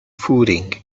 footing